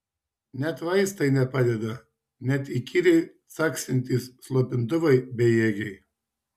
net vaistai nepadeda net įkyriai caksintys slopintuvai bejėgiai